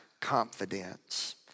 confidence